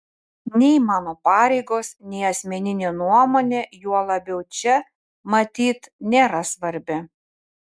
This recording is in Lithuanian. nei mano pareigos nei asmeninė nuomonė juo labiau čia matyt nėra svarbi